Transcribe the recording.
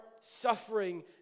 suffering